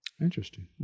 Interesting